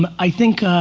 um i think,